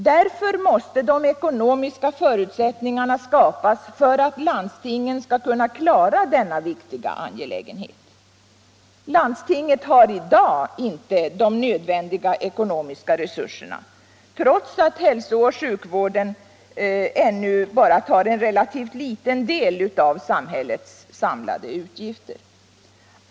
Därför måste de ekonomiska förutsättningarna skapas för att landstingen "skall kunna klara denna viktiga angelägenhet. Landstingen har i dag inte de nödvändiga ekonomiska resurserna, trots att hälsooch sjukvården ännu bara tar en relativt liten del av samhällets samlade utgifter.